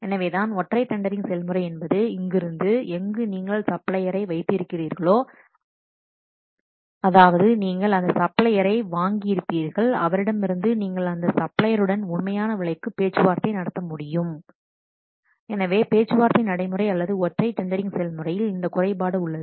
எனவேதான் ஒற்றை டெண்டரிங் செயல்முறை என்பது இங்கிருந்து எங்கு நீங்கள் சப்ளையர் ஐ வைத்து இருக்கிறீர்களோ அதாவது நீங்கள் அந்த சப்ளையரை வாங்கியிருப்பீர்கள் அவரிடமிருந்து நீங்கள் அந்த சப்ளையருடன் உண்மையான விலைக்கு பேச்சுவார்த்தை நடத்த முடியும் எனவே பேச்சுவார்த்தை நடைமுறை அல்லது ஒற்றை டெண்டரிங் செயல்முறையில் இந்த குறைபாடு உள்ளது